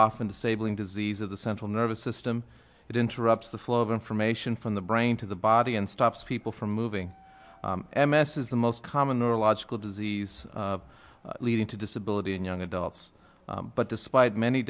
often disabling disease of the central nervous system that interrupts the flow of information from the brain to the body and stops people from moving m s is the most common or logical disease leading to disability in young adults but despite many